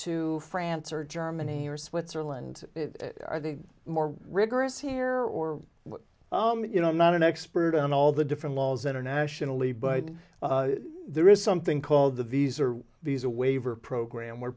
to france or germany or switzerland are they more rigorous here or you know i'm not an expert on all the different laws internationally but there is something called the visa or these a waiver program where